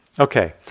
Okay